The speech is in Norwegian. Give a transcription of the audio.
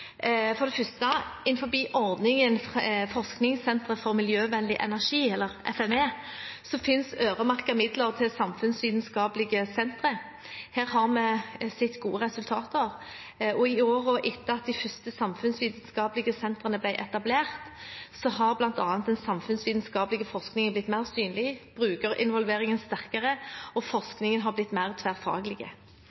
For det første: Innenfor ordningen Forskningssentre for miljøvennlig energi, eller FME, finnes øremerkede midler til samfunnsvitenskapelige sentre. Her har vi sett gode resultater. I årene etter at de første samfunnsvitenskapelige sentrene ble etablert, har bl.a. den samfunnsvitenskapelige forskningen blitt mer synlig, brukerinvolveringen har blitt sterkere, og